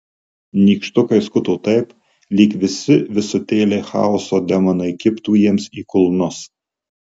nykštukai skuto taip lyg visi visutėliai chaoso demonai kibtų jiems į kulnus